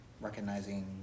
recognizing